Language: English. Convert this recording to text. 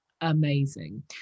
amazing